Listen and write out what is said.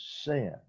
sin